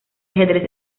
ajedrez